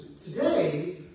today